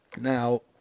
Now